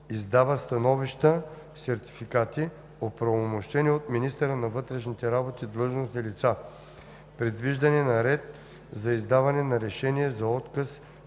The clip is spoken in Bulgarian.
издава становища/сертификати – оправомощени от министъра на вътрешните работи длъжностни лица, предвиждане на ред за издаване на решение за отказ